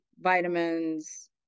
vitamins